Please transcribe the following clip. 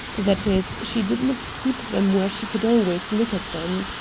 that is, she did not keep them where she could always look at them.